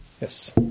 Yes